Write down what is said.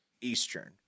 Eastern